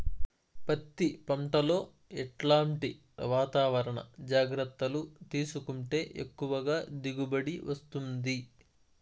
పత్తి పంట లో ఎట్లాంటి వాతావరణ జాగ్రత్తలు తీసుకుంటే ఎక్కువగా దిగుబడి వస్తుంది?